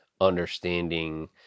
understanding